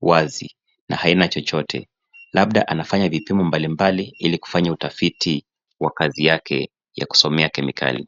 wazi na haina chochote. Labda anafanya vipimo mbalimbali ili kufanya utafiti wa kazi yake ya kusomea kemikali.